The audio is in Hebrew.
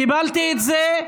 קיבלתי את זה.